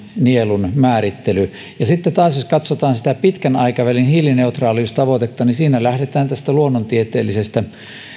nielun määrittelyä ja sitten taas jos katsotaan sitä pitkän aikavälin hiilineutraaliustavoitetta niin siinä lähdetään tästä luonnontieteellisestä